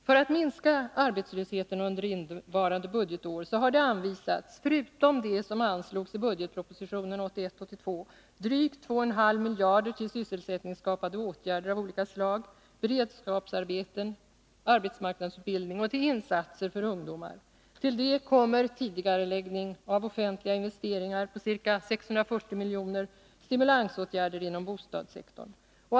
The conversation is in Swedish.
För att minska arbetslösheten har under innevarande budgetår anvisats förutom det som anslogs i budgetpropositionen 1981/82 drygt 2,5 miljarder kronor till sysselsättningsskapande åtgärder av olika slag, beredskapsarbeten, arbetsmarknadsutbildning och insatser för ungdomar. Till det kommer tidigareläggning av offentliga investeringar på ca 640 milj.kr. och stimulansåtgärder inom bostadssektorn.